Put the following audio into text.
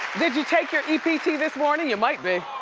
did you take your ept this morning? you might be.